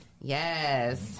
Yes